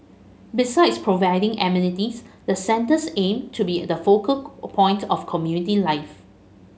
besides providing amenities the centres aim to be the focal point of community life